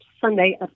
Sunday